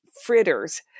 fritters